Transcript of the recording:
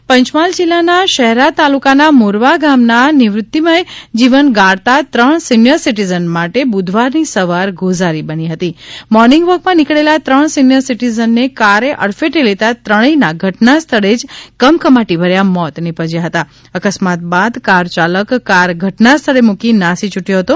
અકસ્માત પંચમહાલ જિલ્લાના શહેરા તાલુકાના મોરવા ગામના નીવૃતિમય જીવન ગાળતા ત્રણ સિનિયર સિટીઝન માટે બુધવારની સવાર ગોઝારી બની હતી મોર્નિંગ વોકમાં નીકળેલા ત્રણ સિનિયર સિટીઝનને કારે અડફેટે લેતાં ત્રણેયના ધટનાસ્થળે જ કમકમાટીભર્યા મોત નીપજ્યા હતા અકસ્માત બાદ કાર ચાલક કાર ઘટનાસ્થળે મૂકી નાસી છૂટ્યો હતો